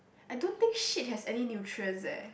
I don't think shit has any nutrients eh